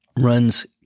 runs